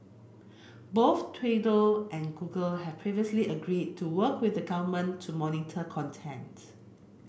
both Twitter and Google have previously agreed to work with the government to monitor content